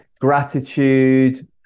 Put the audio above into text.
gratitude